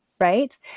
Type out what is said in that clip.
right